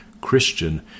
Christian